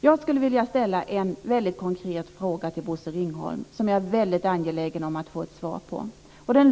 Jag skulle vilja ställa en väldigt konkret fråga till Bosse Ringholm och jag är väldigt angelägen om att få ett svar på den.